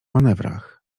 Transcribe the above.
manewrach